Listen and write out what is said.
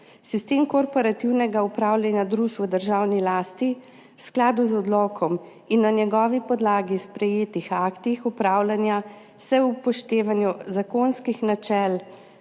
Sistem korporativnega upravljanja družb v državni lasti v skladu z odlokom in na njegovi podlagi sprejetih aktih upravljanja se ob upoštevanju zakonskih načel